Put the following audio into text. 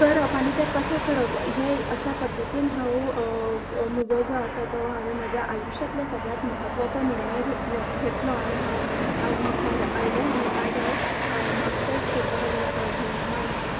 करप आनी ते कशें करप हे अश्या पद्दतीन हांव म्हजो जो आसा तो हांवें म्हज्या आयुश्यांतलो सगळ्यांत म्हत्वाचो निर्णय घेतले घेतलो आनी हांव आयज मुखार आयलें आनी आयज हांव मास्टर्स करतां हाजो म्हाका अभिमान आसा